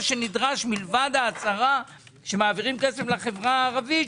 שנדרש לבד מההצהרה שמעבירים כסף לחברה הערבית,